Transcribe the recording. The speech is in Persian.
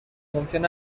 ممکن